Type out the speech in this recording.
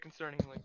concerningly